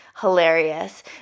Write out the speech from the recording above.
hilarious